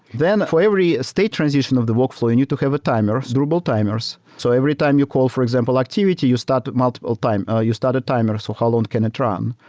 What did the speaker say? then for every ah state transition of the workflow, and you need to have a timer, durable timers. so every time you call, for example, activity, you start multiple time, ah you start a timer. so how long can it run?